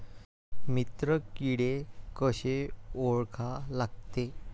मित्र किडे कशे ओळखा लागते?